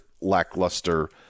lackluster –